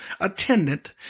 attendant